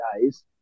guys